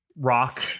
rock